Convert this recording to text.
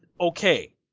okay